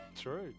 true